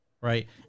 right